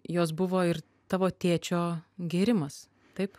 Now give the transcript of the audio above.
jos buvo ir tavo tėčio gėrimas taip